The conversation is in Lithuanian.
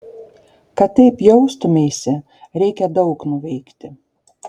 kad taip jaustumeisi reikia daug nuveikti